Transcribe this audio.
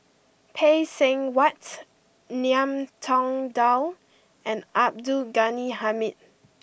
Phay Seng Whatt Ngiam Tong Dow and Abdul Ghani Hamid